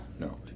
no